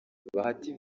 bahati